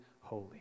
holy